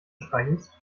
streichelst